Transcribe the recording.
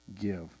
give